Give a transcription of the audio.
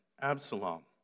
Absalom